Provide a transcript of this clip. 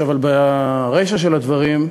ברישה של הדברים,